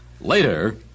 Later